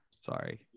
Sorry